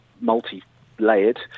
multi-layered